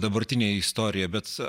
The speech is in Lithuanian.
dabartinęi istoriją bet